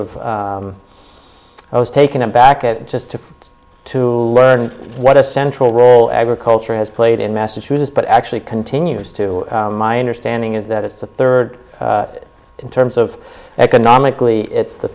of i was taken aback at just to to what a central role agriculture has played in massachusetts but actually continues to my understanding is that it's the third in terms of economically it's the